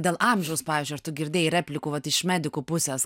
dėl amžiaus pavyzdžiui ar tu girdėjai replikų vat iš medikų pusės